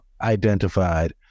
identified